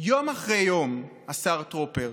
יום אחרי יום, השר טרופר,